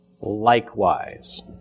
likewise